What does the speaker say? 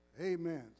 Amen